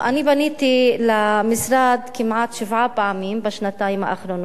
אני פניתי למשרד כמעט שבע פעמים בשנתיים האחרונות.